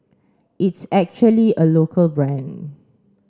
it's actually a local brand